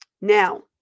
Now